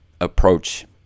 approach